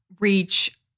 reach